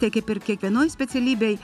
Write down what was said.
tai kaip ir kiekvienoj specialybėj